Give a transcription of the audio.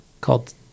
called